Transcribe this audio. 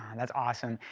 that's awesome.